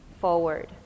forward